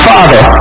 Father